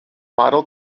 model